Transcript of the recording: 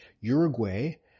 Uruguay